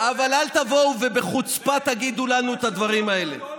אבל אל תבואו ובחוצפה תגידו לנו את הדברים האלה,